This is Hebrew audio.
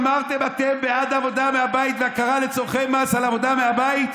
אמרתם אתם: בעד עבודה מהבית והכרה לצורכי מס על עבודה מהבית?